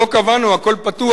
לא קבענו, הכול פתוח.